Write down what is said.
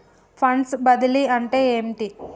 Funds బదిలీ అంటే ఏమిటి?